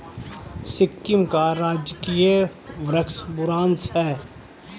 सिक्किम का राजकीय वृक्ष बुरांश है